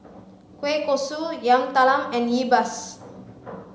kueh kosui yam talam and yi